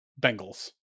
Bengals